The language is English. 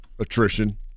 attrition